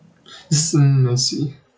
s~ mm I see